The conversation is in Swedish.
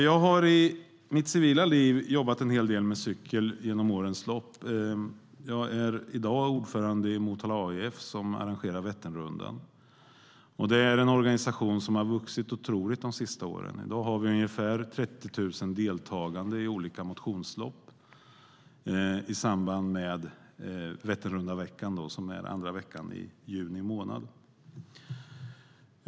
Jag har i mitt civila liv jobbat en hel del med cykel genom åren. Jag är i dag ordförande i Motala AIF som arrangerar Vätternrundan. Det är en organisation som har vuxit otroligt de senaste åren. I dag har vi ungefär 30 000 deltagande i olika motionslopp i samband med Vätternrundanveckan som äger rum andra veckan i juni.